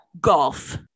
golf